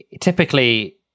typically